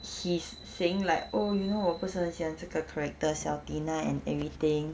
he's saying like oh you know 我不是很喜欢这个 character xiao tina and everything